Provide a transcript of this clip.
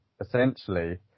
essentially